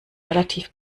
relativ